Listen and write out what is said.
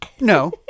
no